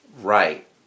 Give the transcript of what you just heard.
Right